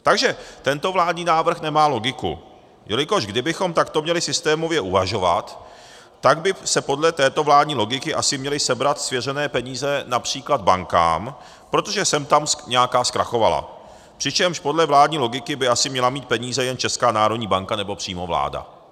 Takže tento vládní návrh nemá logiku, jelikož kdybychom takto měli systémově uvažovat, tak by se podle této vládní logiky asi měly sebrat svěřené peníze například bankám, protože sem tam nějaká zkrachovala, přičemž podle vládní logiky by asi měla mít peníze jen Česká národní banka nebo přímo vláda.